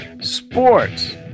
sports